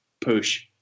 push